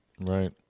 Right